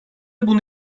bunu